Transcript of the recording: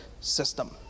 system